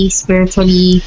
spiritually